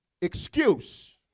excuse